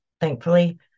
Thankfully